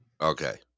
Okay